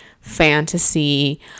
fantasy